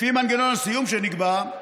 לפי מנגנון הסיום שנקבע,